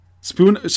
Spoon